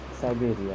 Siberia